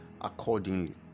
accordingly